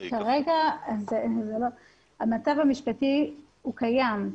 כרגע המצב המשפטי הוא קיים,